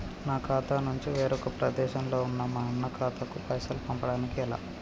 నా ఖాతా నుంచి వేరొక ప్రదేశంలో ఉన్న మా అన్న ఖాతాకు పైసలు పంపడానికి ఎలా?